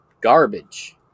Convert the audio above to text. garbage